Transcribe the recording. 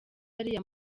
ariya